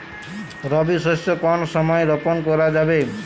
রবি শস্য কোন সময় রোপন করা যাবে?